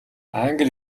англи